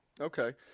Okay